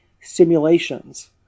simulations